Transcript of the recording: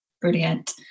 Brilliant